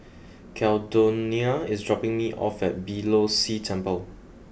Caldonia is dropping me off at Beeh Low See Temple